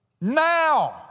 Now